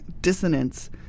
dissonance